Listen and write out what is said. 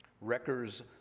Wreckers